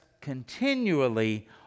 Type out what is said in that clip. continually